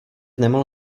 nemohl